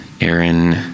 Aaron